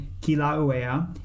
Kilauea